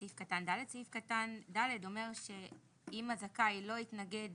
סעיף קטן (ד) אומר שאם הזכאי לא התנגד